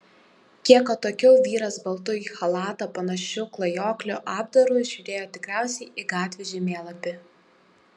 kiek atokiau vyras baltu į chalatą panašiu klajoklio apdaru žiūrėjo tikriausiai į gatvių žemėlapį